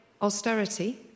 austerity